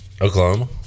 Oklahoma